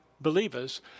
believers